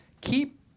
keep